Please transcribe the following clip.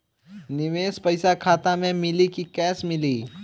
निवेश पइसा खाता में मिली कि कैश मिली?